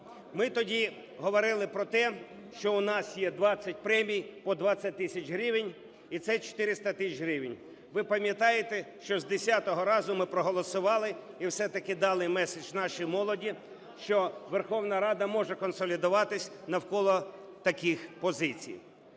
Ми тоді говорили про те, що у нас є 20 премій по 20 тисяч гривень і це 400 тисяч гривень. Ви пам'ятає, що з десятого разу ми проголосували і все-таки дали меседж нашій молоді, що Верховна Рада може консолідуватися навколо таких позицій.